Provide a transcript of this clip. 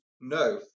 No